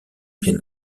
bien